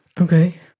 Okay